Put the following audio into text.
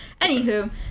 anywho